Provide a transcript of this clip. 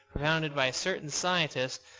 propounded by certain scientists,